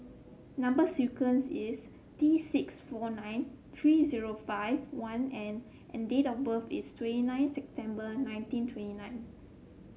number sequence is T six four nine three zero five one N and date of birth is twenty nine September nineteen twenty nine